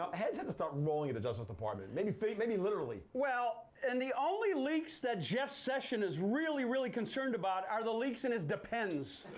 ah heads have to start rolling at the justice department. maybe maybe literally. well, and the only leaks that jeff session is really, really concerned about are the leaks in his depends.